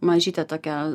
mažytę tokią